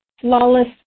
flawless